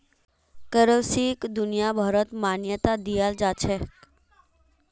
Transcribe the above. करेंसीक दुनियाभरत मान्यता दियाल जाछेक